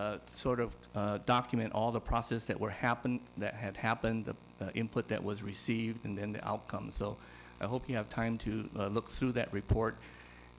to sort of document all the process that were happening that had happened the input that was received and then the outcomes so i hope you have time to look through that report